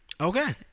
Okay